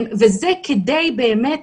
וזה כדאי באמת,